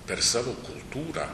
per savo kultūrą